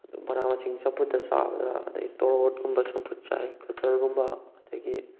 ꯑꯗꯣ ꯃꯅꯥ ꯃꯁꯤꯡ ꯆꯝꯐꯨꯠꯇ ꯆꯥꯕꯗ ꯑꯗꯨꯗꯩ ꯇꯣꯔꯕꯣꯠꯀꯨꯝꯕ ꯆꯝꯐꯨꯠ ꯆꯥꯏ ꯒꯖꯔꯒꯨꯝꯕ ꯑꯗꯨꯗꯒꯤ